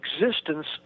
existence